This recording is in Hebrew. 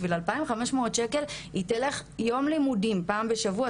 בשביל 2,500 ₪ היא תלך ליום לימודים פעם בשבוע?